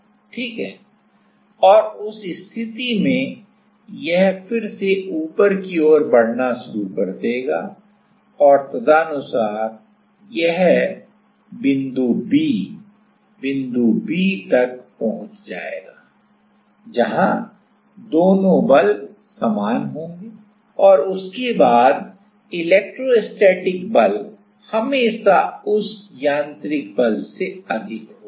सही है और उस स्थिति में यह फिर से ऊपर की ओर बढ़ना शुरू कर देगा और तदनुसार यह B बिंदु तक पहुंच जाएगा जहां दोनों बल समान होंगे और उसके बाद इलेक्ट्रोस्टैटिक बल हमेशा उस यांत्रिक बल से अधिक होगा